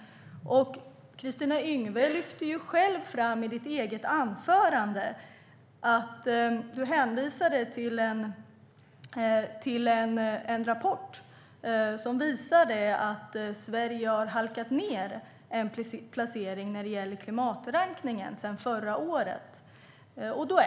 Kristina Yngwe lyfte själv fram det i sitt eget anförande. Hon hänvisade till en rapport som visade att Sverige har halkat ned en placering i klimatrankningen sedan förra året.